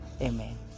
amen